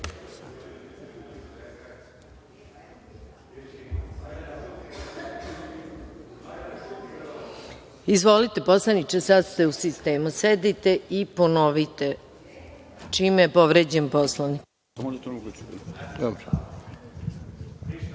poslaniče, sada ste u sistemu. Sedite i ponovite, čime je povređen Poslovnik.